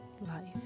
life